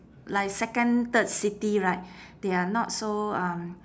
like second third city right they are not so um